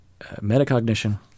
metacognition